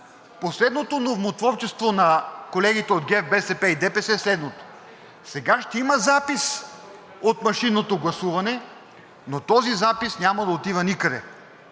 Последното нормотворчество на колегите от ГЕРБ, БСП и ДПС е следното – сега ще има запис от машинното гласуване, но този запис няма да отива никъде,